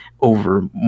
over